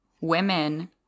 women